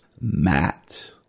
Matt